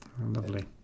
Lovely